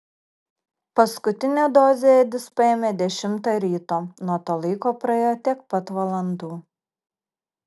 paskutinę dozę edis paėmė dešimtą ryto nuo to laiko praėjo tiek pat valandų